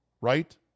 Right